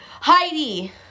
Heidi